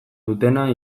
dutena